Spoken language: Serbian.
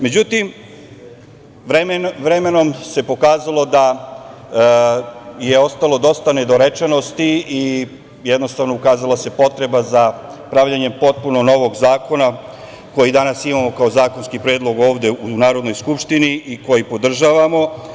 Međutim, vremenom se pokazalo da je ostalo dosta nedorečenosti i jednostavno, ukazala se potreba za pravljenjem potpuno novog zakona koji danas imamo kao zakonski predlog ovde u Narodnoj skupštini i koji podržavamo.